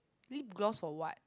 lip gloss for what